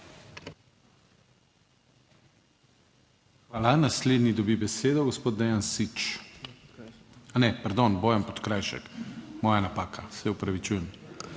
Hvala. Naslednji dobi besedo gospod Dejan Süč. Ne, pardon, Bojan Podkrajšek, moja napaka, se opravičujem.